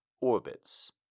orbits